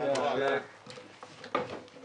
יושב-ראש ועדת הכנסת ניר אורבך (ימינה):